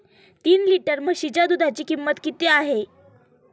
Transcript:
तीन लिटर म्हशीच्या दुधाची किंमत किती आहे?